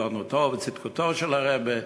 גאונותו וצדקתו של הרעבע,